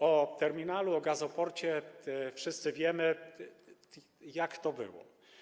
O terminalu, o gazoporcie wszyscy wiemy, jak to było.